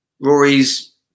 Rory's